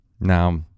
Now